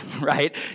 right